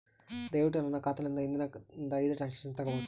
ದಯವಿಟ್ಟು ನನ್ನ ಖಾತಾಲಿಂದ ಹಿಂದಿನ ಐದ ಟ್ರಾಂಜಾಕ್ಷನ್ ನನಗ ತೋರಸ್ರಿ